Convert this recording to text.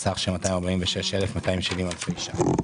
סך של 246,270 אלפי שקלים.